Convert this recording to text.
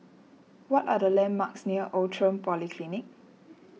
what are the landmarks near Outram Polyclinic